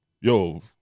yo